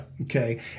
Okay